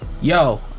yo